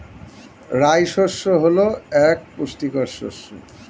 রাই শস্য হল এক পুষ্টিকর শস্য